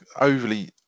overly